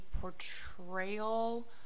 portrayal